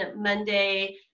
Monday